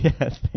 Yes